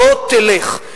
לא תלך.